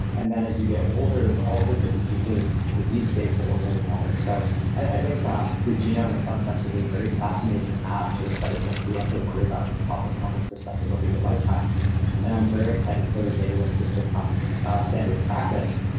and then as you get older, there's all sorts of diseases disease states that will really matter so i think your genome in some sense will be a very fascinating map to the set of things you have to worry about from a health and wellness perspective over your lifetime. i'm very excited for the day when it just becomes ah standard practice.